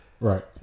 Right